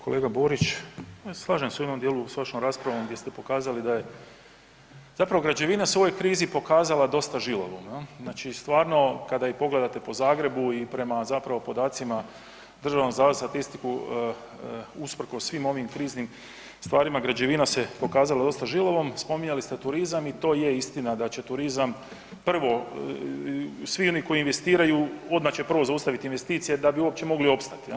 Kolega Borić, ja se slažem u ovom djelu s vašom raspravom gdje ste pokazali da je zapravo građevina se u ovoj pokazala dosta žilavom, znači stvarno kada i pogledate po Zagrebu i prema zapravo podacima Državnog zavoda za statistiku, usprkos svim ovim kriznim stvarima, građevina se pokazala dosta žilavom, spominjali ste turizam i to je istina da će turizam prvo svi oni koji investiraju, odmah će prvo zaustaviti investicije da bi uopće mogli opstati, jel.